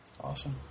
Awesome